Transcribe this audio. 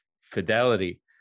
fidelity